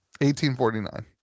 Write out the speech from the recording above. $18.49